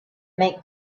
make